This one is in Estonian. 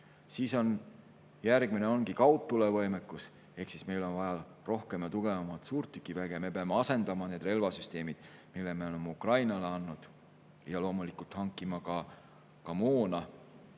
Järgmine ongi kaudtulevõimekus ehk meil on vaja rohkem ja tugevamat suurtükiväge, me peame asendama need relvasüsteemid, mille me oleme Ukrainale andnud, ja loomulikult peame hankima ka moona